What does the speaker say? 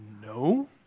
No